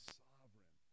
sovereign